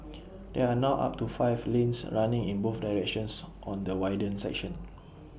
there are now up to five lanes running in both directions on the widened section